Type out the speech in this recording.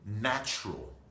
natural